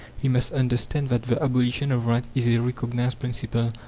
he must understand that the abolition of rent is a recognized principle,